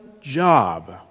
job